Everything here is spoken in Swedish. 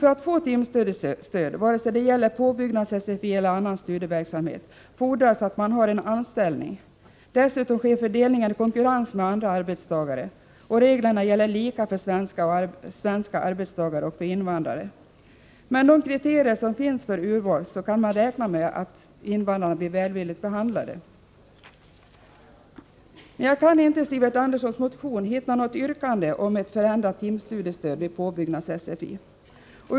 För att få ett timstudiestöd — vare sig det gäller påbyggnads-SFI eller annan studieverksamhet — fordras det att man har en anställning. Dessutom sker fördelningen i konkurrens med andra arbetstagare, och reglerna gäller lika för svenska arbetstagare och för invandrare. Med de kriterier som finns för urval kan man räkna med att invandrarna blir välvilligt behandlade. Jag kan inte i Sivert Anderssons motion hitta något yrkande om ett förändrat timstudiestöd vid påbyggnads-SFI.